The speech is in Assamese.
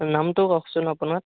নামটো কওকচোন আপোনাৰ